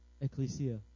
ecclesia